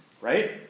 right